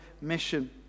mission